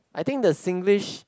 I think the Singlish